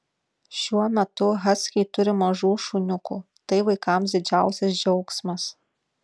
šiuo metu haskiai turi mažų šuniukų tai vaikams didžiausias džiaugsmas